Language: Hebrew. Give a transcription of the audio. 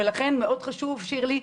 ולכן מאוד חשוב שירלי,